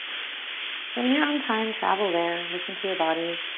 so in your own time travel there, listen to your body.